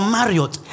Marriott